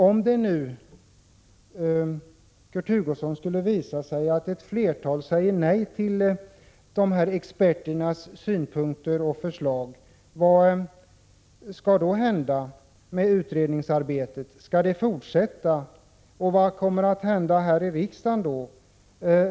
Om det nu, Kurt Hugosson, skulle visa sig att ett flertal säger nej till experternas synpunkter och förslag, vad skall då hända med utredningsarbetet? Skall det fortsätta och vad kommer att hända här i riksdagen?